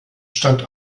stand